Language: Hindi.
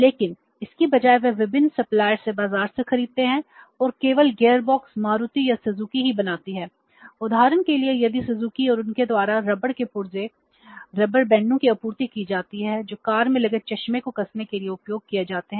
लेकिन इसके बजाय वे विभिन्न सप्लायर्स और उनके द्वारा रबर के पुर्जों रबर बैंडों की आपूर्ति की जाती है जो कार में लगे चश्मे को कसने के लिए उपयोग किए जाते हैं